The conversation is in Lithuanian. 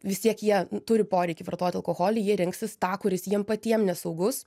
vis tiek jie turi poreikį vartoti alkoholį jie rinksis tą kuris jiem patiem nesaugus